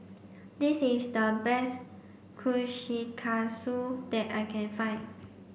this is the best Kushikatsu that I can find